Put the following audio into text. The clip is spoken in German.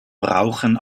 brauchen